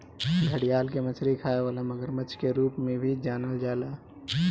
घड़ियाल के मछरी खाए वाला मगरमच्छ के रूप में भी जानल जाला